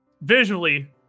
visually